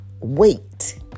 wait